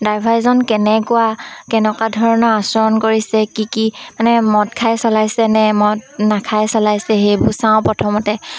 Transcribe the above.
ড্ৰাইভাৰজন কেনেকুৱা কেনেকুৱা ধৰণৰ আচৰণ কৰিছে কি কি মানে মদ খাই চলাইছে নে মদ নাখাই চলাইছে সেইবোৰ চাওঁ প্ৰথমতে